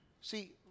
See